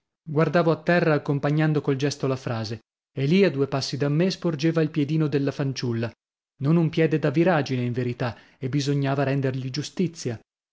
guardavo a terra accompagnando col gesto la frase e lì a due passi da me sporgeva il piedino della fanciulla non un piede da viragine in verità e bisognava rendergli giustizia